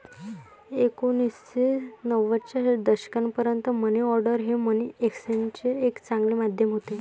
एकोणीसशे नव्वदच्या दशकापर्यंत मनी ऑर्डर हे मनी एक्सचेंजचे एक चांगले माध्यम होते